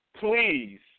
please